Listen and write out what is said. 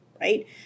right